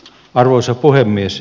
arvoisa puhemies